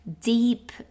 deep